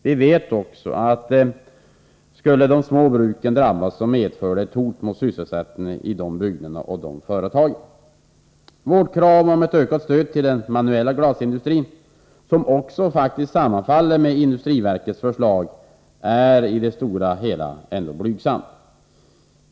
Vi vet också att om de små bruken drabbas, skulle det komma att medföra ett hot mot sysselsättningen i dessa bygder och företag. Vårt krav på ökat stöd till den manuella glasindustrin — som sammanfaller med industriverkets förslag — är i det stora hela ändå blygsamt.